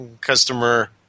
customer